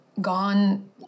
gone